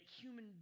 human